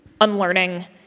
unlearning